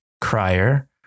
crier